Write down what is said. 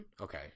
Okay